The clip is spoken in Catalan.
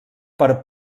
per